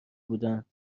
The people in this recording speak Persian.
بودند